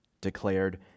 declared